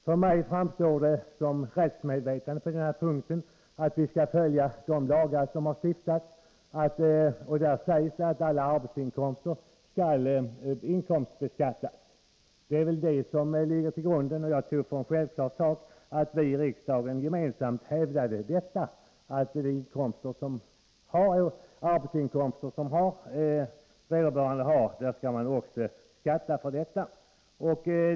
För mig säger rättsmedvetandet på den här punkten att vi skall följa de lagar som har stiftas och där sägs att alla arbetsinkomster skall inkomstbeskattas. Det är det grundläggande, och jag anser att det skulle vara en självklar sak att vi i "riksdagen gemensamt hävdade att de arbetsinkomster vederbörande har skall han också skatta för.